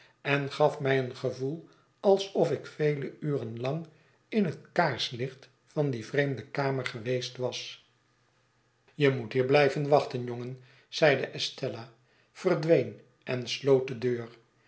en gaf mij een gevoel alsof ik vele uren lang in het kaarslicht van die vreemde kamer geweest was je moethier biijven wachten jongen zeide estella verdween en sloot de deur